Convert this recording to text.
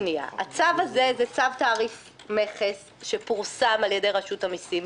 הצו הזה הוא צו תעריף מכס שפורסם על ידי רשות המסים.